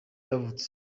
yavutse